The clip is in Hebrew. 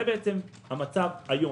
זה המצב היום.